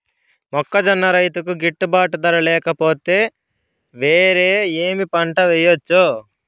మొక్కజొన్న రైతుకు గిట్టుబాటు ధర లేక పోతే, వేరే ఏమి పంట వెయ్యొచ్చు?